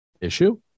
issue